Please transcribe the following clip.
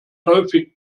häufig